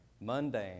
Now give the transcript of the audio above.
mundane